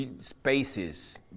spaces